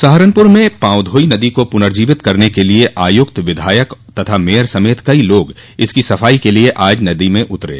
सहारनपुर में पांवधोई नदी को पुनर्जीवित करने के लिये आयुक्त विधायक तथा मेयर समेत कई लोग इसकी सफाई के लिये आज नदी में उतरे